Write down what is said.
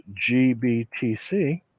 GBTC